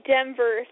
Denver